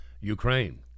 Ukraine